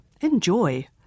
Enjoy